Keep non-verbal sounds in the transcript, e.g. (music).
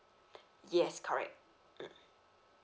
(breath) yes correct mm